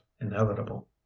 inevitable